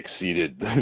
exceeded